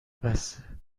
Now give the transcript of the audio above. بسه